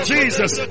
Jesus